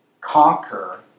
conquer